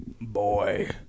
Boy